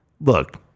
Look